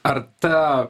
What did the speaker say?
ar ta